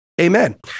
Amen